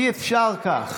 אי-אפשר כך.